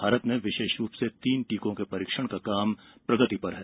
भारत में विशेष रूप से तीन टीकों के परीक्षण का काम प्रगति पर है